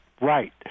right